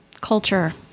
culture